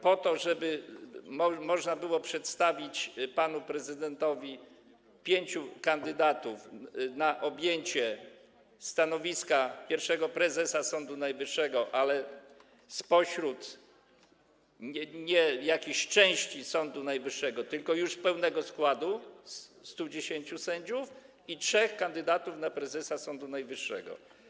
Chodzi o to, żeby można było przedstawić panu prezydentowi pięciu kandydatów na stanowisko pierwszego prezesa Sądu Najwyższego - ale spośród nie jakichś części Sądu Najwyższego, tylko już pełnego składu, 110 sędziów - i trzech kandydatów na stanowisko prezesa Sądu Najwyższego.